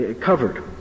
covered